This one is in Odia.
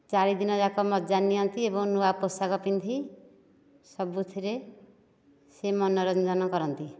ଚାରି ଦିନଯାକ ମଜା ନିଅନ୍ତି ଏବଂ ନୂଆ ପୋଷାକ ପିନ୍ଧି ସବୁଥିରେ ସେ ମନୋରଞ୍ଜନ କରନ୍ତି